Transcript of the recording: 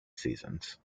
seasons